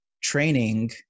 training